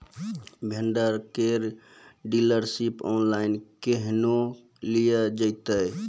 Vendor केर dealership online केहनो लियल जेतै?